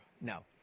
No